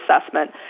assessment